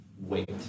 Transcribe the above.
Wait